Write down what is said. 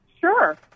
sure